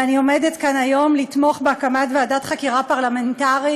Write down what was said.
ואני עומדת פה היום כדי לתמוך בהקמת ועדת חקירה פרלמנטרית